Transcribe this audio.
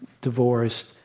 divorced